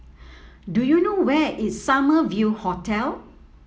do you know where is Summer View Hotel